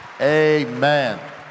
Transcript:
Amen